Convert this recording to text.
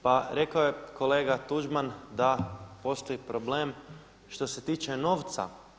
Pa rekao je kolega Tuđman da postoji problem što se tiče novca.